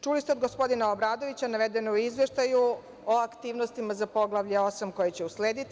Čuli ste od gospodina Obradovića, navedeno je u Izveštaju, o aktivnostima za Poglavlje 8, koje će uslediti.